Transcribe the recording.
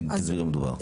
תסבירי במה מדובר.